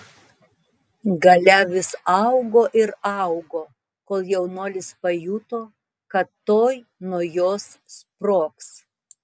galia vis augo ir augo kol jaunuolis pajuto kad tuoj nuo jos sprogs